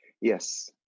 Yes